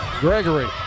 Gregory